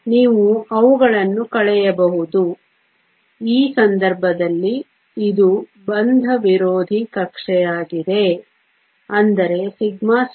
ನೀವು ಅವುಗಳನ್ನು ಕಳೆಯಬಹುದು ಈ ಸಂದರ್ಭದಲ್ಲಿ ಇದು ಬಂಧ ವಿರೋಧಿ ಕಕ್ಷೆಯಾಗಿದೆ ಅಂದರೆ σ